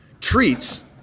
Treats